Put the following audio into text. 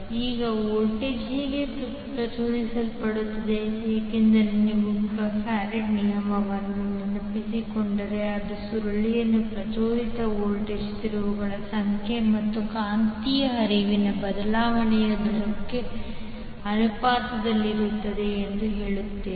ಈಗ ವೋಲ್ಟೇಜ್ ಹೇಗೆ ಪ್ರಚೋದಿಸಲ್ಪಡುತ್ತದೆ ಏಕೆಂದರೆ ನೀವು ಫ್ಯಾರಡೆ ನಿಯಮವನ್ನು ನೆನಪಿಸಿಕೊಂಡರೆ ಅದು ಸುರುಳಿಯಲ್ಲಿ ಪ್ರಚೋದಿತ ವೋಲ್ಟೇಜ್ ತಿರುವುಗಳ ಸಂಖ್ಯೆ ಮತ್ತು ಕಾಂತೀಯ ಹರಿವಿನ ಬದಲಾವಣೆಯ ದರಕ್ಕೆ ಅನುಪಾತದಲ್ಲಿರುತ್ತದೆ ಎಂದು ಹೇಳುತ್ತದೆ